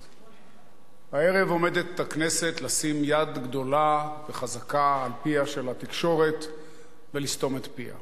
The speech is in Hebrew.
הערב עומדת הכנסת לשים יד גדולה וחזקה על פיה של התקשורת ולסתום את פיה.